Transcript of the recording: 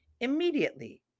immediately